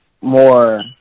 more